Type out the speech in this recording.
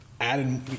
added